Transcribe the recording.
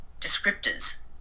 descriptors